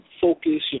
focus